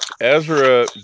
Ezra